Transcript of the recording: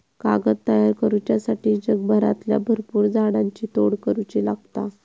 कागद तयार करुच्यासाठी जगभरातल्या भरपुर झाडांची तोड करुची लागता